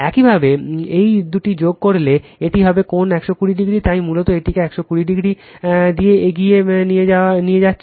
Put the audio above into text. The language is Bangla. একইভাবে এই দুটি যোগ করলে এটি হবে কোণ 120 ডিগ্রি তাই মূলত এটিকে 120 ডিগ্রী দিয়ে এগিয়ে নিয়ে যাচ্ছে